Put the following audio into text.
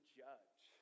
judge